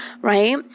right